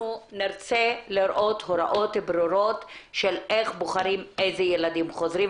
אנחנו נרצה לראות הוראות ברורות של איך בוחרים איזה ילדים חוזרים,